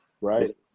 right